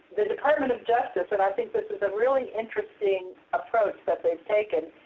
the department of justice, and i think this is a really interesting approach that they've taken,